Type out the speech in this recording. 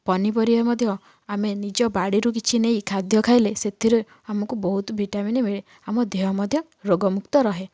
ପନିପରିବା ମଧ୍ୟ ଆମେ ନିଜ ବାଡ଼ିରୁ କିଛି ନେଇ ଖାଦ୍ୟ ଖାଇଲେ ସେଥିରେ ଆମକୁ ବହୁତ ଭିଟାମିନ୍ ମିଳେ ଆମ ଦେହ ମଧ୍ୟ ରୋଗ ମୁକ୍ତ ରହେ